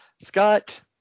Scott